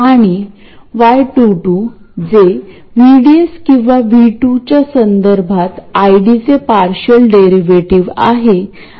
त्यामुळे या प्रकरणात आपण ac कपलिंग तंत्र वापरू शकतो आपण सिग्नल जोडण्यासाठी कॅपेसिटर वापरू शकतो आणि कॅपेसिटर ची व्हॅल्यू कशाप्रकारे मोजावी मोजावे हे आपल्याला माहित आहे